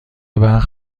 برق